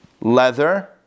leather